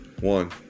One